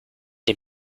dem